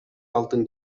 алтын